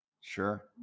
Sure